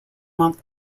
month